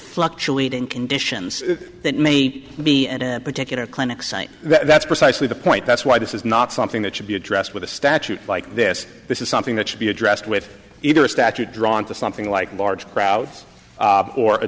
fluctuating conditions that may be at a particular clinic site that's precisely the point that's why this is not something that should be addressed with a statute like this this is something that should be addressed with either a statute drawn to something like large crowds or a